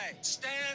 stand